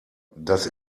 das